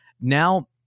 Now